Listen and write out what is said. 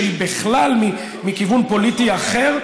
שהיא בכלל מכיוון פוליטי אחר,